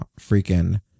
freaking